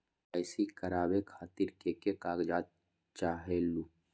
KYC करवे खातीर के के कागजात चाहलु?